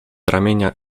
ramienia